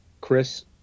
Chris